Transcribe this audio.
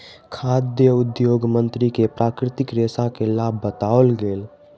खाद्य उद्योग मंत्री के प्राकृतिक रेशा के लाभ बतौल गेल